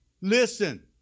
listen